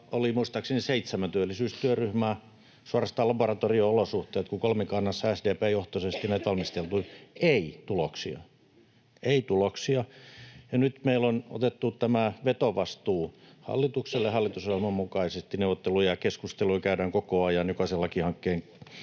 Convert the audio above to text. oli muistaakseni seitsemän työllisyystyöryhmää, suorastaan laboratorio-olosuhteet, kun kolmikannassa SDP-johtoisesti näitä valmisteltiin — ei tuloksia. [Antti Lindtman: Tuli!] Ei tuloksia, ja nyt meillä on otettu tämä vetovastuu hallitukselle hallitusohjelman mukaisesti. Neuvotteluja ja keskusteluja käydään koko ajan jokaisen lakihankkeen